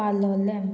पालोलें